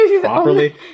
properly